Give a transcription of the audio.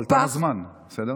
אבל תם הזמן, בסדר?